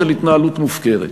של התנהלות מופקרת.